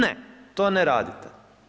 Ne to ne radite.